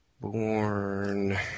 born